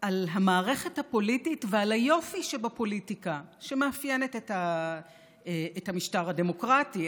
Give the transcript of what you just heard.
על המערכת הפוליטית ועל היופי שבפוליטיקה שמאפיינת את המשטר הדמוקרטי,